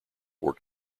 worked